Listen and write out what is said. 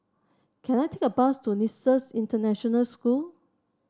can I take a bus to Nexus International School